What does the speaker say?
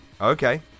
Okay